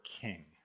king